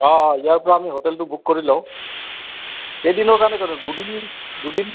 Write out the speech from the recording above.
অঁ ইয়াৰ পৰা আমি হোটেলটো বুক কৰি লওঁ কেইদিনৰ কাৰণে ক দুদিন দুদিন